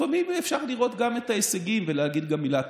לפעמים אפשר לראות גם את ההישגים ולהגיד גם מילה טובה.